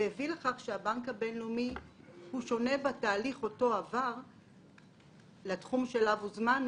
והביא לכך שהבנק הבינלאומי שונה בתחום שאליו הוזמנו